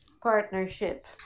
partnership